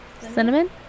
Cinnamon